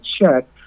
check